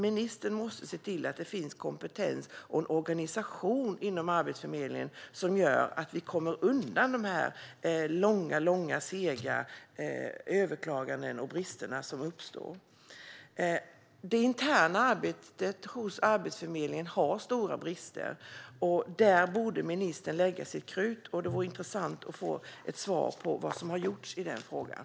Ministern måste se till att det finns kompetens och en organisation inom Arbetsförmedlingen som gör att vi kommer undan dessa långa och sega överklaganden och de brister som uppstår. Det interna arbetet hos Arbetsförmedlingen har stora brister, och där borde ministern lägga sitt krut. Det vore intressant att få ett svar på vad som har gjorts i frågan.